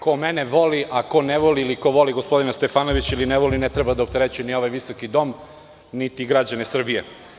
Ko mene voli a ko ne voli, ili ko voli gospodina Stefanovića ili ne voli, ne treba da opterećuje ni ovaj visoki dom niti građane Srbije.